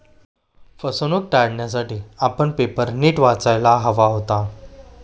फसवणूक टाळण्यासाठी आपण पेपर नीट वाचायला हवा होता